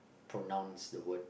pronounce the word